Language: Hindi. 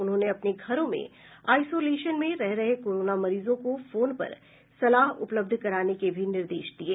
उन्होंने अपने घरों में आइसोलेशन में रह रहे कोरोना मरीजों को फोन पर सलाह उपलब्ध कराने के भी निर्देश दिये